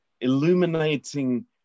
illuminating